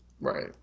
Right